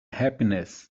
happiness